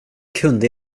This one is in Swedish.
kunde